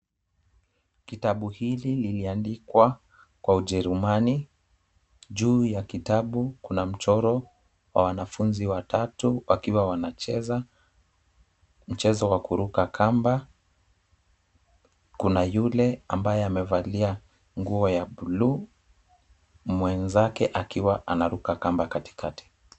Kitabu hili liliandikwa kwa ujerumani. Juu ya kitabu kuna mchoro wa wanafunzi watatu wakiwa wanacheza mchezo wa kuruka kamba. Kuna yule ambaye amevalia nguo ya bluu mwenzake akiwa anaruka kamba katikati.